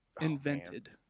invented